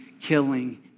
killing